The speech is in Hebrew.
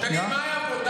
תגיד, מה היה פה?